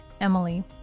Emily